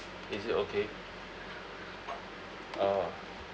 is it okay orh